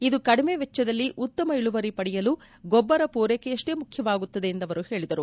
ಇದು ಕಡಿಮೆ ವೆಚ್ಚದಲ್ಲಿ ಉತ್ತಮ ಇಳುವರಿ ಪಡೆಯಲು ಗೊಬ್ಬರ ಪೂರ್ಕೆಕೆಯಷ್ಷೆ ಮುಖ್ಯವಾಗುತ್ತದೆ ಎಂದು ಅವರು ಹೇಳಿದರು